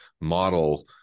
model